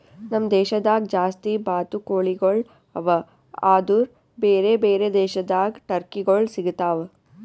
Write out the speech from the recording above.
ನಮ್ ದೇಶದಾಗ್ ಜಾಸ್ತಿ ಬಾತುಕೋಳಿಗೊಳ್ ಅವಾ ಆದುರ್ ಬೇರೆ ಬೇರೆ ದೇಶದಾಗ್ ಟರ್ಕಿಗೊಳ್ ಸಿಗತಾವ್